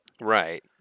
Right